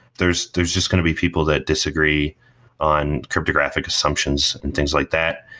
there's there's just going to be people that disagree on cryptographic assumptions and things like that.